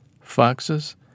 foxes